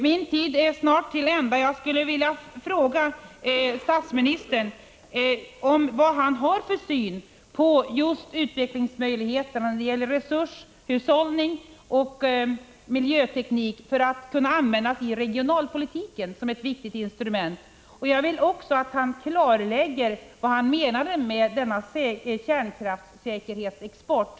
Min taletid är snart till ända, men jag skulle vilja fråga statsministern vilken syn han har på utvecklingsmöjligheterna för resurshushållning och miljöteknik som ett viktigt instrument i regionalpolitiken. Jag vill också att han klarlägger vad han menade med sitt uttalande om kärnkraftssäkerhetsexport.